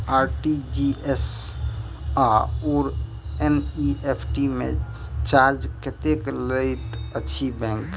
RTGS आओर NEFT मे charge कतेक लैत अछि बैंक?